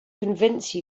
convince